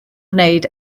gwneud